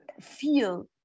feel